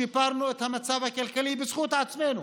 שיפרנו את המצב הכלכלי בזכות עצמנו,